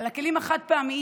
על הכלים החד-פעמיים,